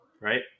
Right